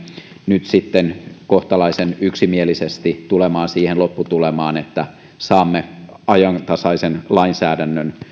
nyt sitten kohtalaisen yksimielisesti tulemaan siihen lopputulemaan että saamme ajantasaisen lainsäädännön